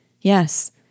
Yes